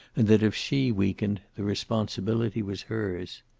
and that if she weakened, the responsibility was hers.